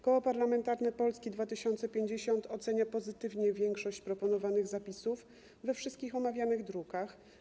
Koło Parlamentarne Polska 2050 pozytywnie ocenia większość proponowanych zapisów we wszystkich omawianych drukach.